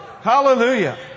Hallelujah